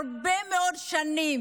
הרבה מאוד שנים